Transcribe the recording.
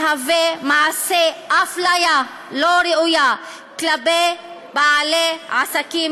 זה מעשה של אפליה לא ראויה כלפי בעלי עסקים